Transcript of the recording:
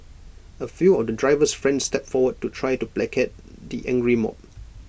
A few of the driver's friends stepped forward to try to placate the angry mob